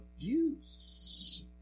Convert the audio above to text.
abuse